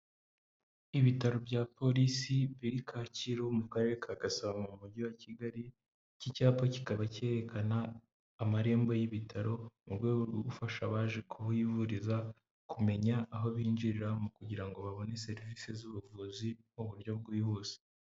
Ibitaro bya polisi biri Kacyiru mu karere ka Kasabo mu mugi wa Kigali, iki cyapa kikaba cyerekana amarembo y'ibitaro mu rwego rwo gufasha abaje kuhivuriza kumenya aho binjirira kugira ngo babone serivisi z'ubuvuzi mu buryo bwihuse.